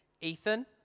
Ethan